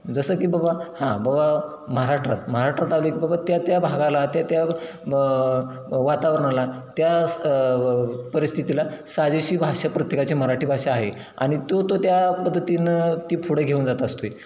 जसं की बाबा हां बाबा महाराष्ट्रात महाराष्ट्रात आलं की बाबा त्या त्या भागाला त्या त्या ब वातावरणाला त्यास व परिस्थितीला साजेशी भाषा प्रत्येकाची मराठी भाषा आहे आणि तो तो त्या पद्धतीनं ती पुढे घेऊन जात असतो आहे